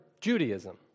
Judaism